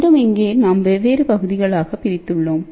மீண்டும் இங்கே நாம் வெவ்வேறு பகுதிகளாகப் பிரித்துள்ளோம்